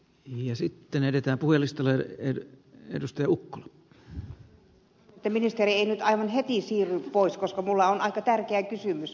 minä toivon että ministeri ei nyt aivan heti siirry pois koska minulla on aika tärkeä kysymys